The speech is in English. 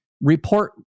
report